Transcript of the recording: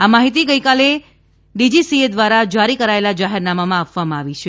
આ માહિતી ગઇકાલે ડીજીસીએ ધ્વારા જારી કરાયેલા જાહેરનામામાં આપવામાં આવી છે